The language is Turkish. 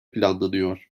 planlanıyor